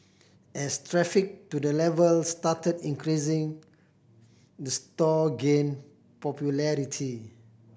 as traffic to the level started increasing the store gained popularity